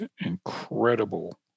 incredible